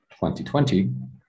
2020